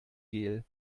gel